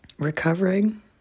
recovering